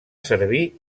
servir